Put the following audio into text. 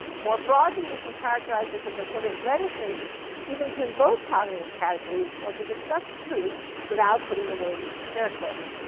more broadly, we can characterize this as a sort of reticence even to invoke cognitive categories or to discuss truth without putting the word in scare quotes.